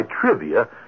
trivia